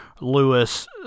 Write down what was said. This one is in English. Lewis